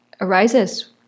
arises